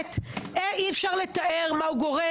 שבאמת אי-אפשר לתאר מה הוא גורם,